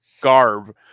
garb